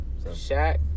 Shaq